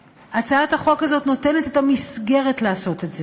הצעת החוק הזאת נותנת את המסגרת לעשות את זה.